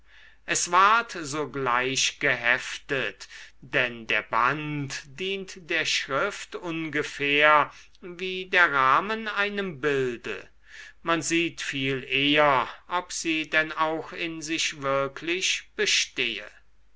es ward sogleich geheftet denn der band dient der schrift ungefähr wie der rahmen einem bilde man sieht viel eher ob sie denn auch in sich wirklich bestehe